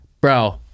bro